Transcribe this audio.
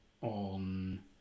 on